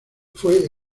fue